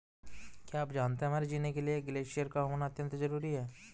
क्या आप जानते है हमारे जीने के लिए ग्लेश्यिर का होना अत्यंत ज़रूरी है?